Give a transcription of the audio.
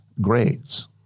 grades